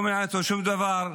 לא מעניין אותו שום דבר.